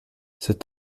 cet